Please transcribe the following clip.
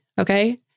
okay